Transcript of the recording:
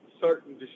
certain